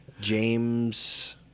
james